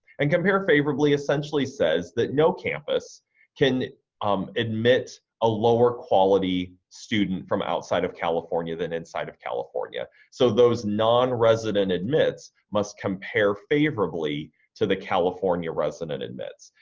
and compare favorably essentially says that no campus can um admit a lower quality student from outside of california than inside of california, so those non-resident admits must compare favorably to the california resident admits.